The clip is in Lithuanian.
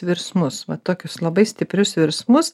virsmus va tokius labai stiprius virsmus